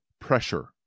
pressure